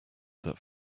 that